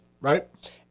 Right